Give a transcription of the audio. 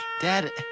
Dad